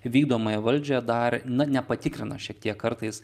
vykdomąją valdžią dar na nepatikrina šiek tiek kartais